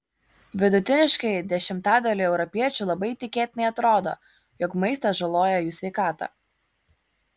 vidutiniškai dešimtadaliui europiečių labai tikėtinai atrodo jog maistas žaloja jų sveikatą